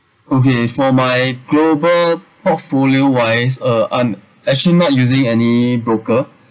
okay for my global portfolio wise uh I'm actual not using any broker